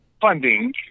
funding